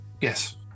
Yes